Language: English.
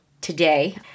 today